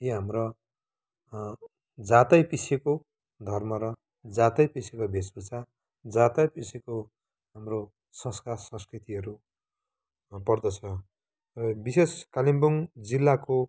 यी हाम्रो जातै पिच्छेको धर्म र जातै पिछेको वेशभूषा जातै पिच्छेको हाम्रो संस्कार संस्कृतिहरू पर्दछ र विशेष कालिम्पोङ जिल्लाको